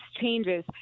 changes